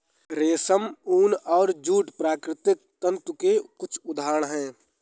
रेशम, ऊन और जूट प्राकृतिक तंतु के कुछ उदहारण हैं